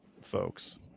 folks